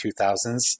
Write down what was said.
2000s